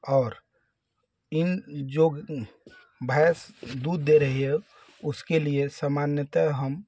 और इन जो भैंस दूध दे रही है उसके लिए सामान्यतः हम